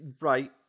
Right